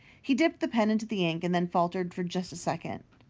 he dipped the pen into the ink and then faltered for just a second.